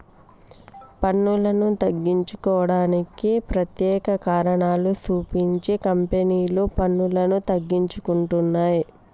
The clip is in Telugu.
పన్నులను తగ్గించుకోవడానికి ప్రత్యేక కారణాలు సూపించి కంపెనీలు పన్నులను తగ్గించుకుంటున్నయ్